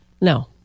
No